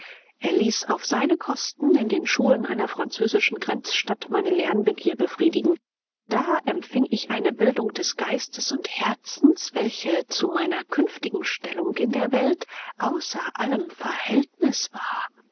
er ließ auf seine kosten in den schulen einer französischen grenzstadt meine lernbegier befriedigen da empfing ich eine bildung des geistes und herzens welche zu meiner künftigen stellung in der welt außer allem verhältnis war